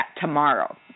tomorrow